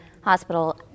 hospital